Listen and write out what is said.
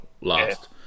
last